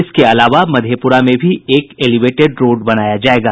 इसके अलावा मधेपुरा में भी एक एलिवेटेड रोड बनाया जायेगा